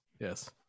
Yes